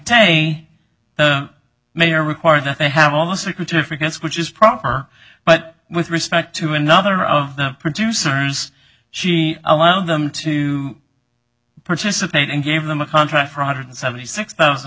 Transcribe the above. me the mayor required that they have all the secretary forgets which is proper but with respect to another of the producers she allowed them to participate and gave them a contract for a hundred seventy six thousand